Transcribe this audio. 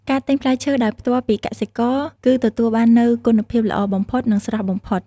ការទិញផ្លែឈើដោយផ្ទាល់ពីកសិករគឺទទួលបាននូវគុណភាពល្អបំផុតនិងស្រស់បំផុត។